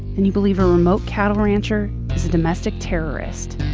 and you believe a remote cattle rancher is a domestic terrorist.